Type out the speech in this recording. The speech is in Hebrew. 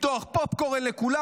לפתוח פופקורן לכולם.